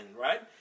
right